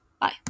Bye